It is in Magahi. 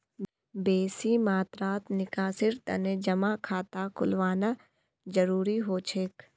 बेसी मात्रात निकासीर तने जमा खाता खोलवाना जरूरी हो छेक